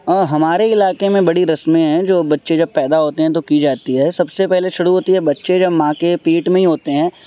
ہمارے علاقے میں بڑی رسمیں ہیں جو بچے جب پیدا ہوتے ہیں تو کی جاتی ہے سب سے پہلے شروع ہوتی ہے بچے جب ماں کے پیٹ میں ہی ہوتے ہیں